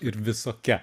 ir visokia